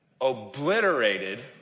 obliterated